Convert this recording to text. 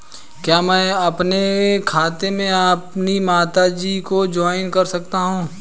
क्या मैं अपने खाते में अपनी माता जी को जॉइंट कर सकता हूँ?